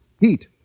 Heat